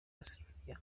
australia